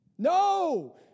No